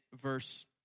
verse